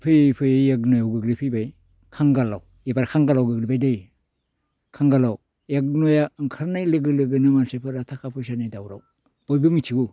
फैयै फैयै एकन'याआव गोग्लैफैबाय खांगालाव एबार खांगालाव गोग्लैबायदे खांगालाव एकन'या ओंखारनाय लोगो लोगोनो मानसिफोरा थाखा फैसानि दावराव बयबो मिथिगौ